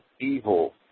evil